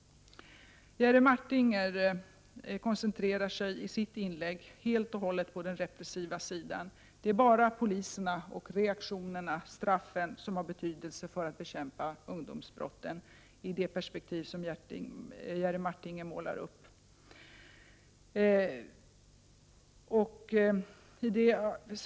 Jerry Martinger koncentrerade sig i sitt inlägg helt och hållet på den repressiva sidan. Det är bara poliserna och reaktionerna, straffen, som har betydelse när det gäller att bekämpa ungdomsbrotten, i det perspektiv som Jerry Martinger anlägger.